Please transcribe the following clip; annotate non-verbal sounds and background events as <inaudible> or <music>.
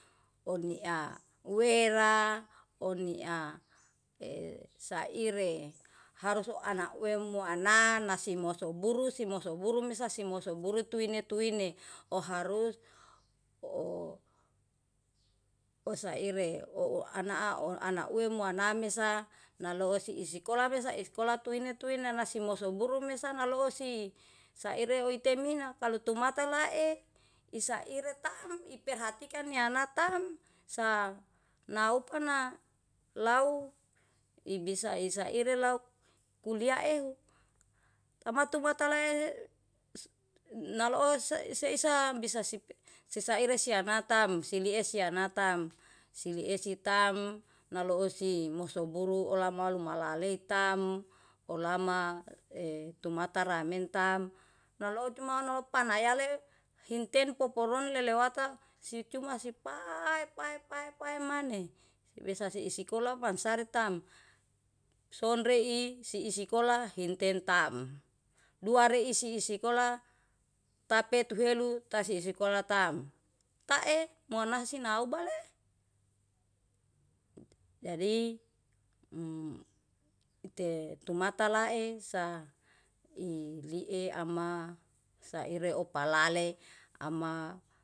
Unaa wera, uniaa e saire harus u ana uwe muana nasi masu buru si moso buru mesa, si moso buru tuwini-tuwini o harus o saire. O ana o ana ue muana mesa naloo isikola mesa, isikola tuwini-tuwini nasimoso buru mesa naloo si saire oitemina. Kalu tumata lae isaire taem, iperhatikan yana taem sa naupa na lau ibisa saire lau kuliaehu tatumata <hesitation> le naloo sa sa bisa sisaire anatam siele sianatam siele tam naloosi mosoburu olamalo malaleitam ulama e tumata ramentam nalou cuma onopanayale hitentu porone lelewata si cuma si pae-pae pae maneh. Bisa isikola masare tam, sonre i isikola hintentaem. Duari isi isikola tapetuhelu taisikola taem, tae monahsi naubale jadi <hesitation> tumata lae sa i ile ama saire opalale ama.